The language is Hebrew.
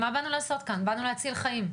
באנו להציל חיים,